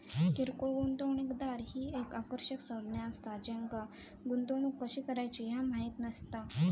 किरकोळ गुंतवणूकदार ही एक आकर्षक संज्ञा असा ज्यांका गुंतवणूक कशी करायची ह्या माहित नसता